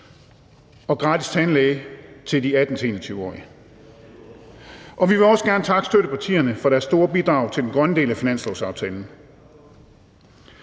og gratis tandlæge til de 18-21-årige. Og vi vil også gerne takke støttepartierne for deres store bidrag til den grønne del af finanslovsaftalen.